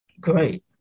Great